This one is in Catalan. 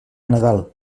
nadal